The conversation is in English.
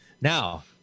Now